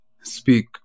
speak